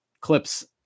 clips